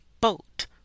boat